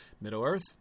Middle-earth